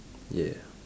yeah